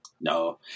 No